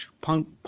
Punk